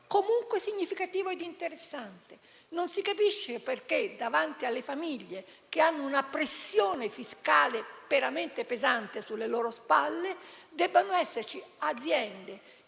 comunque significativo e interessante. Ebbene, non si capisce perché, davanti alle famiglie che hanno una pressione fiscale veramente pesante sulle loro spalle, debbano esserci aziende -